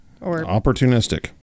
Opportunistic